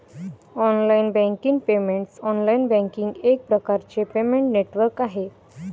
online banking payments online banking एक प्रकारचे payment network आहे